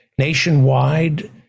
nationwide